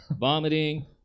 Vomiting